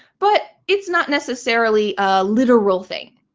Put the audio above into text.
but it's not necessarily a literal thing.